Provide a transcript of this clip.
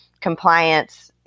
compliance